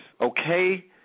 okay